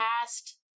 past